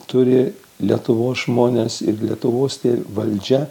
turi lietuvos žmonės ir lietuvos valdžia